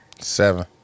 Seven